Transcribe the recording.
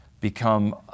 become